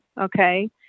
Okay